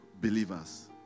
believers